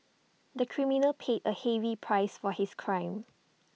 the criminal paid A heavy price for his crime